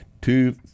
Two